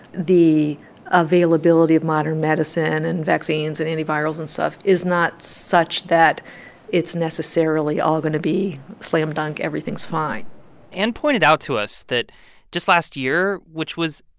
the availability of modern medicine and vaccines and antivirals and stuff is not such that it's necessarily all going to be slam dunk, everything's fine anne pointed out to us that just last year, which was,